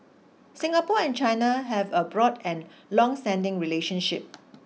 Singapore and China have a broad and longstanding relationship